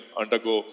undergo